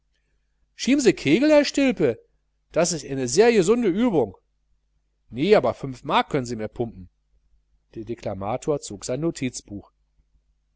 schiem se kegel herr stilpe das is enne sehr gesunde übung nee aber fünf mark können sie mir pumpen der deklamator zog sein notizbuch